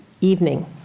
evening